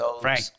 Frank